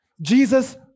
Jesus